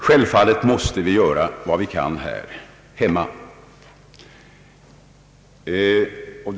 Självfallet måste vi här hemma göra vad vi kan.